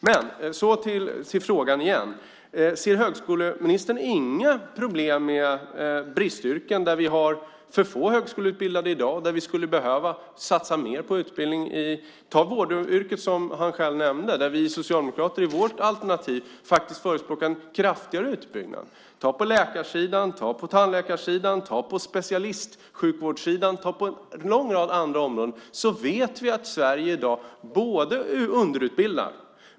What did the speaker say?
Så återigen till frågan. Ser högskoleministern inga som helst problem med bristyrken där vi i dag har för få högskoleutbildade och skulle behöva satsa mer på utbildning? Vi kan ta vårdyrket, som han själv nämnde. Vi socialdemokrater förespråkar i vårt alternativ en kraftigare utbyggnad. När det gäller läkare, tandläkare, specialistsjukvård och en lång rad andra områden vet vi i dag att Sverige underutbildar.